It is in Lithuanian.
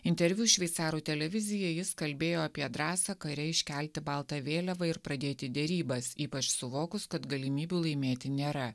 interviu šveicarų televizijai jis kalbėjo apie drąsą kare iškelti baltą vėliavą ir pradėti derybas ypač suvokus kad galimybių laimėti nėra